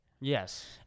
Yes